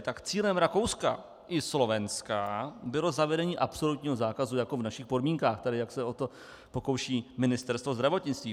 Tak cílem Rakouska i Slovenska bylo zavedení absolutního zákazu jako v našich podmínkách, jak se tady o to pokouší Ministerstvo zdravotnictví.